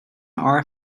our